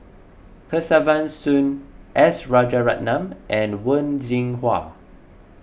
Kesavan Soon S Rajaratnam and Wen Jinhua